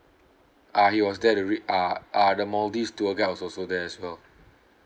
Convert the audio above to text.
uh he was there to re~ uh uh the maldives tour guide was also there as well